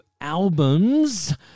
albums